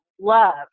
love